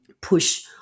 push